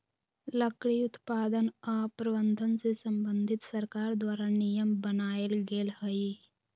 लकड़ी उत्पादन आऽ प्रबंधन से संबंधित सरकार द्वारा नियम बनाएल गेल हइ